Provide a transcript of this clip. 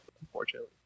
unfortunately